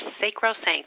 sacrosanct